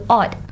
odd